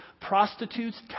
prostitutes